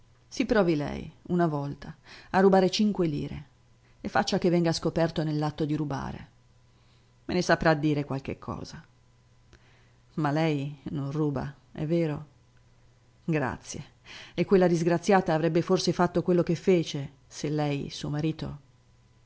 si provi lei una volta a rubare cinque lire e faccia che venga scoperto nell'atto di rubare me ne saprà dire qualche cosa ma lei non ruba è vero grazie e quella disgraziata avrebbe forse fatto quello che fece se lei suo marito